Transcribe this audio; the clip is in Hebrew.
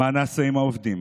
מה נעשה עם העובדים?